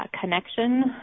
connection